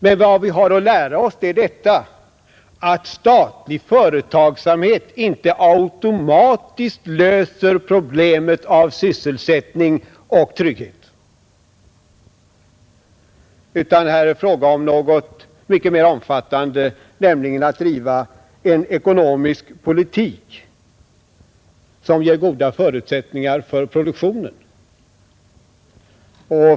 Men vad vi har fått lära oss är att statlig företagsamhet icke automatiskt löser problemet med sysselsättning och trygghet. Här är det fråga om något mycket mera omfattande, nämligen att driva en ekonomisk politik som ger goda förutsättningar för produktionen.